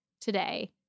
today